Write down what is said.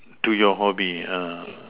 to your hobby uh